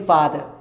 Father